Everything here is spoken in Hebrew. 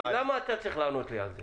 למה אתה צריך לענות לי על זה?